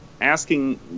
asking